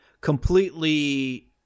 completely